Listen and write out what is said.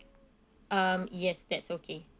um yes that's okay